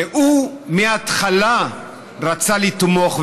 שהוא מהתחלה רצה לתמוך,